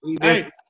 Hey